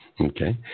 Okay